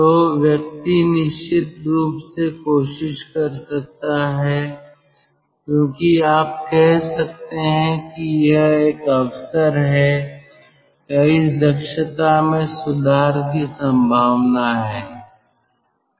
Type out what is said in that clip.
तो व्यक्ति निश्चित रूप से कोशिश कर सकता है क्योंकि आप कह सकते हैं कि यह एक अवसर है या इस दक्षता में सुधार की संभावना है